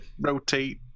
rotate